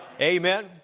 Amen